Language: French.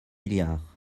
milliards